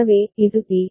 எனவே இது பி